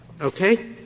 Okay